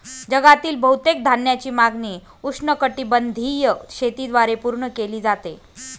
जगातील बहुतेक धान्याची मागणी उष्णकटिबंधीय शेतीद्वारे पूर्ण केली जाते